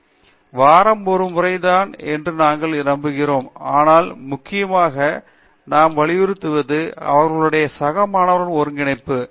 எனவே வாரம் ஒரு முறைதான் என்று நாங்கள் நம்புகிறோம் ஆனால் முக்கியமாக நாம் வலியுறுத்துவது அவர்களுடைய சக மாணவர்களுடன் ஒருங்கிணைப்பு